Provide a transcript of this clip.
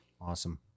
awesome